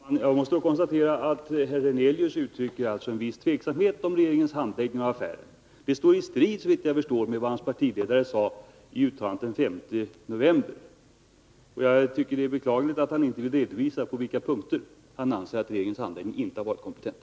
Herr talman! Jag måste konstatera att herr' Hernelius uttrycker en viss tveksamhet om regeringens handläggning av affären. Det står såvitt jag begriper i strid mot vad hans partiledare sade i uttalandet den 5 november. Jag tycker att det är beklagligt att herr Hernelius inte vill redovisa på vilka punkter han anser att regeringens handläggning inte har varit kompetent.